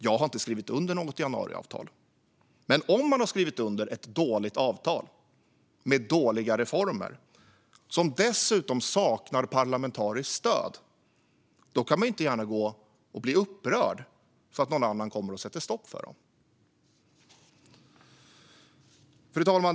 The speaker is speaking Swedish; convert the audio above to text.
Jag har inte skrivit under något januariavtal. Men om man har skrivit under ett dåligt avtal med dåliga reformer som dessutom saknar parlamentariskt stöd kan man inte gärna bli upprörd när någon annan kommer och sätter stopp för det. Fru talman!